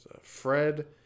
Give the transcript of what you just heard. Fred